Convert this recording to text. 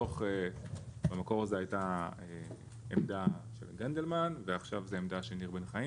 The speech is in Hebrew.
ומתוך המקום הזה הייתה עמדה של גנדלמן ועכשיו זו עמדה של ניר בן חיים,